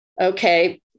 Okay